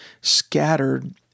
scattered